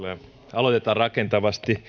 aloitetaan rakentavasti